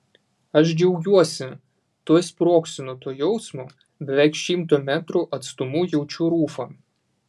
aš džiaugiuosi tuoj sprogsiu nuo to jausmo beveik šimto metrų atstumu jaučiu rufą